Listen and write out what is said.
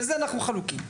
בזה אנחנו חלוקים.